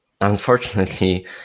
Unfortunately